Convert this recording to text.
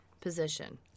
position